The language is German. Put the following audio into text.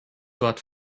dort